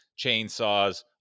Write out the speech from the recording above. chainsaws